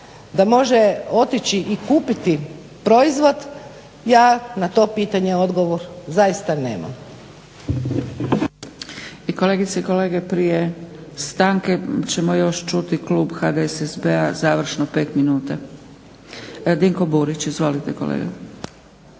da može otići i kupiti proizvod, ja na to pitanje odgovor zaista nemam. **Zgrebec, Dragica (SDP)** I kolegice i kolege prije stanke ćemo još čuti klub HDSSB-a završno 5 minuta. Dinko Burić izvolite kolega.